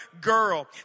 girl